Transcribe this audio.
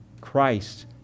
Christ